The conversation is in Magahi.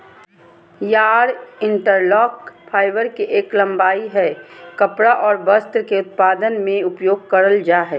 यार्न इंटरलॉक, फाइबर के एक लंबाई हय कपड़ा आर वस्त्र के उत्पादन में उपयोग करल जा हय